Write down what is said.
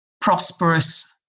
prosperous